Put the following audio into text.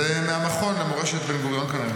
זה כנראה ממכון למורשת בן-גוריון.